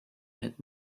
had